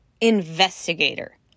investigator